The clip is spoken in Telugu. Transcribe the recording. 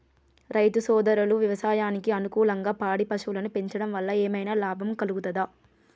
రైతు సోదరులు వ్యవసాయానికి అనుకూలంగా పాడి పశువులను పెంచడం వల్ల ఏమన్నా లాభం కలుగుతదా?